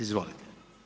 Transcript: Izvolite.